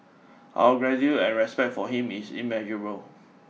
our gratitude and respect for him is immeasurable